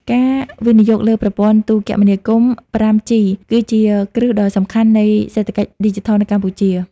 ការវិនិយោគលើប្រព័ន្ធទូរគមនាគមន៍ 5G គឺជាគ្រឹះដ៏សំខាន់នៃសេដ្ឋកិច្ចឌីជីថលនៅកម្ពុជា។